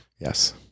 Yes